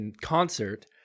concert